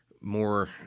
more